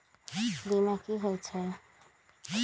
बीमा कि होई छई?